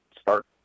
Start